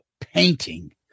Painting